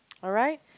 alright